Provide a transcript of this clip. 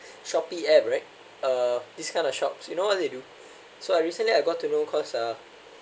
Shopee app right uh this kind of shops you know what they do so I recently I got to know cause uh